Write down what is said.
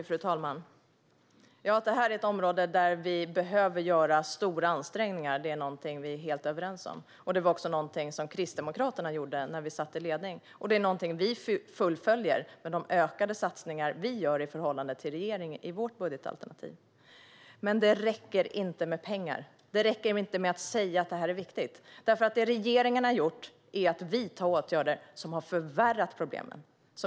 Fru talman! Detta är ett område där vi behöver göra stora ansträngningar; det är någonting vi är helt överens om. Det var också någonting vi i Kristdemokraterna gjorde när vi satt i ledning, och det är någonting vi fullföljer med de ökade satsningar vi gör i vårt budgetalternativ i förhållande till regeringens satsningar. Men det räcker inte med pengar. Det räcker inte att säga att detta är viktigt. Det regeringen har gjort är nämligen att vidta åtgärder som har förvärrat problemen.